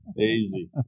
Easy